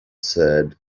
said